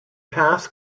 path